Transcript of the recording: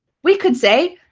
we could say,